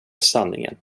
sanningen